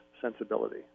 sensibility